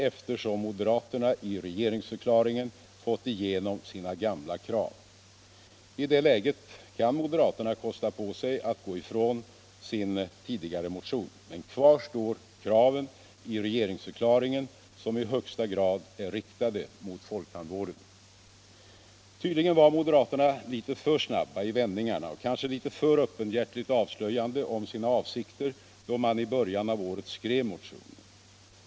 eftersom moderaterna i regeringsförklaringen fått igenom sina gamla krav. I det täget kan moderaterna kosta på sig att gå ifrån sin tidigare motion. Men kvar står kraven i regeringsförklaringen. vilka i högsta grad är riktade mot folktandvården. Tydligen var moderaterna litet för snabba i vändningarna och kanske litet för öppenhärtigt avslöjande om sina avsikter då man i början av året skrev sin motion.